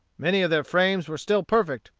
many of their frames were still perfect,